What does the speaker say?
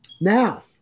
Now